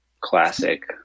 classic